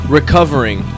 Recovering